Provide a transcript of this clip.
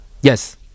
Yes